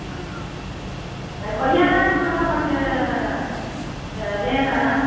ஆ கொய்யா நாற்று கொடுங்க கொஞ்சம் வேணும்